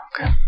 okay